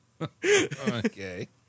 okay